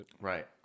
right